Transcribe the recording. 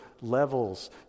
levels